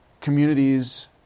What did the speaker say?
communities